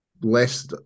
less